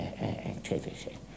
activity